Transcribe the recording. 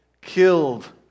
Killed